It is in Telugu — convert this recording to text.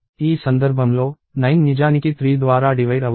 ఈ సందర్భంలో 9 నిజానికి 3 ద్వారా డివైడ్ అవుతుంది